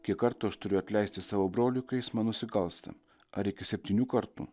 kiek kartų aš turiu atleisti savo broliui kai jis man nusikalsta ar iki septynių kartų